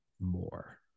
more